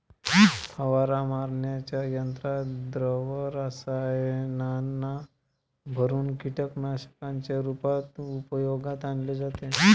फवारा मारण्याच्या यंत्रात द्रव रसायनांना भरुन कीटकनाशकांच्या रूपात उपयोगात आणले जाते